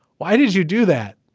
why did you do that?